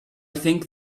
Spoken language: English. think